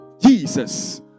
jesus